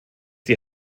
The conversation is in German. die